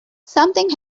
something